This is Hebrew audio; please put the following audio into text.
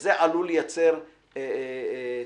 זה עלול לייצר תקלות.